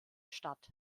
stadt